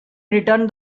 returned